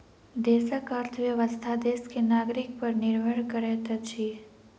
देशक अर्थव्यवस्था देश के नागरिक पर निर्भर करैत अछि